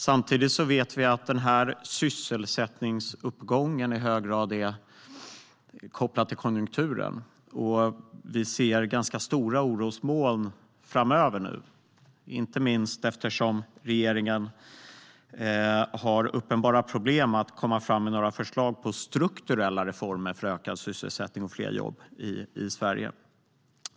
Samtidigt vet vi att sysselsättningsuppgången i hög grad är kopplad till konjunkturen, och vi ser ganska stora orosmoln framöver - inte minst eftersom regeringen har uppenbara problem med att komma fram med förslag på strukturella reformer för ökad sysselsättning och fler jobb i Sverige.